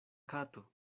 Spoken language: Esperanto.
kato